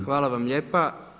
Hvala vam lijepa.